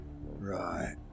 Right